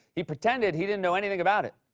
he pretended he didn't know anything about it.